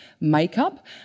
makeup